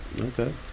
Okay